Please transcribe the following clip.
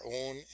own